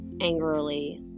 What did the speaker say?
angrily